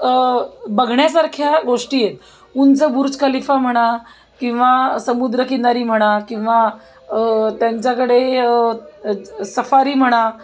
बघण्यासारख्या गोष्टी आहेत उंच बुर्ज खलिफा म्हणा किंवा समुद्रकिनारी म्हणा किंवा त्यांच्याकडे सफारी म्हणा